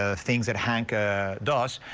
ah things that hank ah does,